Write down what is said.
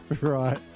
right